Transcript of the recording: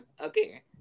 Okay